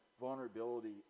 vulnerability